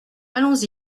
allons